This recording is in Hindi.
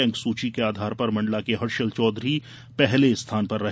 अंकसूची के आधार पर मण्डला के हर्षल चौधरी पहले स्थान पर रहे